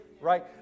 right